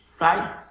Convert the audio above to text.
right